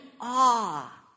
awe